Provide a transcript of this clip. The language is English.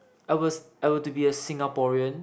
I was I were to be a Singaporean